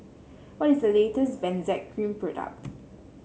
what is the latest Benzac Cream product